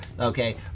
okay